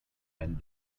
and